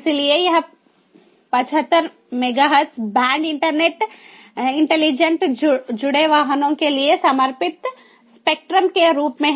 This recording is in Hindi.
इसलिए यह 75 मेगाहर्ट्ज़ बैंड इंटरनेट इंटेलिजेंट जुड़े वाहनों के लिए समर्पित स्पेक्ट्रम के रूप में है